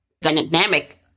dynamic